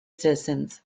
citizens